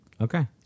Okay